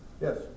Yes